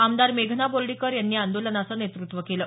आमदार मेघना बोर्डींकर यांनी आंदोलनाचं नेतृत्व केलं